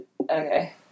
Okay